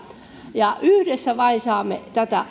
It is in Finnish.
ja vain yhdessä saamme tätä